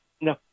No